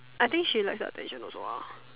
I think she like attention also ah